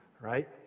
right